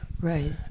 Right